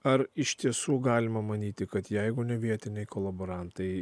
ar iš tiesų galima manyti kad jeigu ne vietiniai kolaborantai